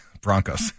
Broncos